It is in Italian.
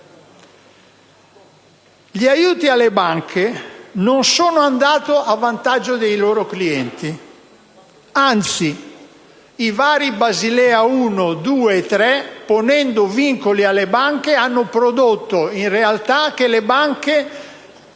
Gli aiuti alle banche non sono andati a vantaggio dei loro clienti; anzi, i vari Basilea 1, 2 e 3, ponendo vincoli alle banche, in realtà hanno fatto si che le banche